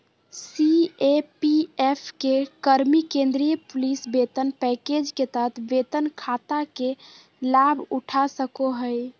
CAPF के कर्मि केंद्रीय पुलिस वेतन पैकेज के तहत वेतन खाता के लाभउठा सको हइ